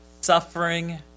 suffering